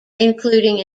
including